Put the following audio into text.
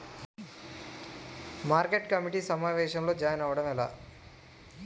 Market committee సమావేశంలో join అవ్వడం ఎలా?